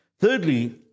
Thirdly